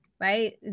right